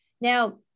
now